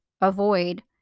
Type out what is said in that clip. avoid